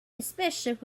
especially